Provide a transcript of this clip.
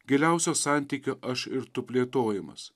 giliausio santykio aš ir tu plėtojimas